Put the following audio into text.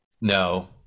No